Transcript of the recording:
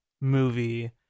movie